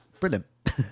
brilliant